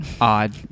odd